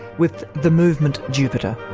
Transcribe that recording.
with the movement jupiter